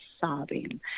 sobbing